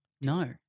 No